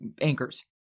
anchors